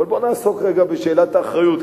בוא ונעסוק רגע בשאלת האחריות,